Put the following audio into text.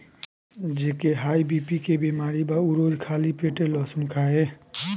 जेके high BP के बेमारी बा उ रोज खाली पेटे लहसुन खाए